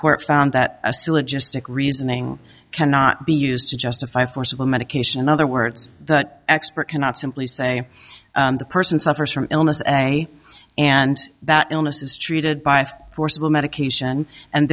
court found that a syllogistic reasoning cannot be used to justify forcible medication in other words the expert cannot simply say the person suffers from illness a and that illness is treated by forcible medication and